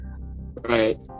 right